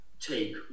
Take